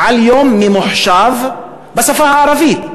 על יום ממוחשב בשפה הערבית.